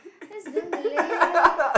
that's damn lame eh